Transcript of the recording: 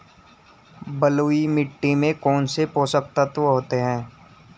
बलुई मिट्टी में कौनसे पोषक तत्व होते हैं?